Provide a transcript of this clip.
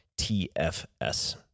TFS